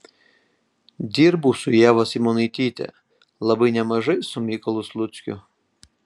dirbau su ieva simonaityte labai nemažai su mykolu sluckiu